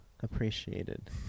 Appreciated